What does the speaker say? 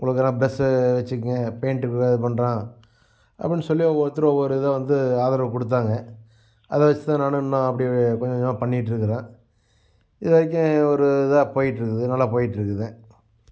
உங்களுக்கு நான் ப்ரஷ்ஷு வச்சிக்கோங்க பெயிண்ட் அது பண்ணுறோம் அப்படின் சொல்லி ஒவ்வொருத்தரும் ஒவ்வொரு இதை வந்து ஆதரவு கொடுத்தாங்க அதைவச்சிதான் நானும் இன்னும் அப்படியே கொஞ்ச கொஞ்சமாக பண்ணிகிட்ருக்குறேன் இதுவரைக்கும் ஒரு இதாக போயிகிட்ருக்குது நல்லா போயிகிட்ருக்குது